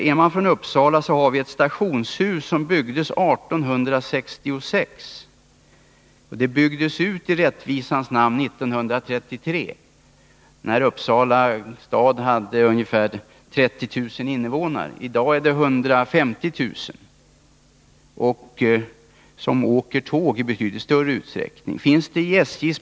I Uppsala finns ett stationshus som byggdes år 1866, men i rättvisans namn skall sägas att det byggdes ut år 1933. Vid den tidpunkten hade Uppsala stad ungefär 30 000 invånare, medan det i dag bor ca 150 000 människor i staden. De färdas med tåg i betydligt större utsträckning än man gjorde tidigare.